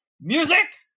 Music